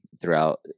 throughout